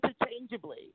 interchangeably